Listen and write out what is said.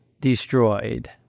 destroyed